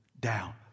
down